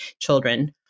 children